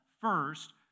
First